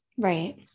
Right